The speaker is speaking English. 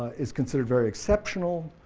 is considered very exceptional,